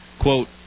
Quote